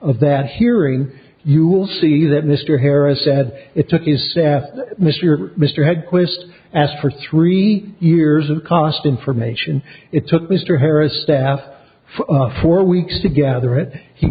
of that hearing you will see that mr harris said it took his staff mr mr had quist asked for three years and cost information it took mr harris staff for four weeks to gather it he